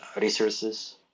resources